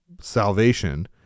salvation